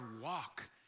walk